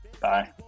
Bye